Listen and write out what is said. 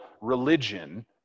religion